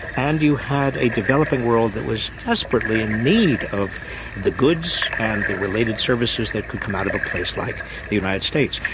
and you had a developing world that was desperately in need of the goods and the related services that could come out of a place like the united states.